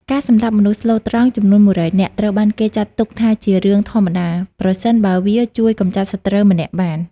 ការសម្លាប់មនុស្សស្លូតត្រង់ចំនួន ១០០ នាក់ ត្រូវបានគេចាត់ទុកថាជារឿងធម្មតា ប្រសិនបើវាជួយកម្ចាត់សត្រូវម្នាក់បាន។